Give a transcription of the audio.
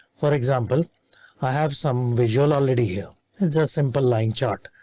for example i have some visual already. here is a simple line chart,